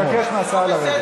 עשר דקות והוא צריך לרדת.